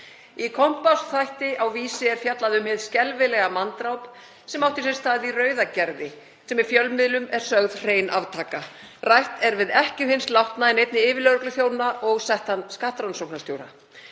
Í Kompásþætti á Vísi er fjallað um hið skelfilega manndráp sem átti sér stað í Rauðagerði, sem í fjölmiðlum er sögð hrein aftaka. Rætt er við ekkju hins látna en einnig yfirlögregluþjóna og settan skattrannsóknarstjóra.